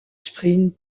sprint